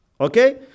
Okay